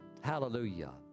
Hallelujah